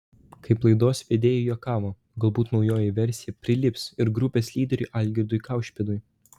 kaip laidos vedėjai juokavo galbūt naujoji versija prilips ir grupės lyderiui algirdui kaušpėdui